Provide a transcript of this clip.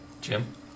Jim